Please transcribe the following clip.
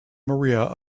maria